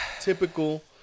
Typical